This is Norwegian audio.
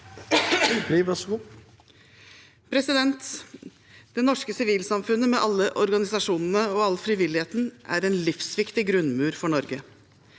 Det norske sivilsamfun- net med alle organisasjonene og all frivilligheten er en livsviktig grunnmur for Norge.